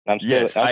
Yes